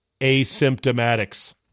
asymptomatics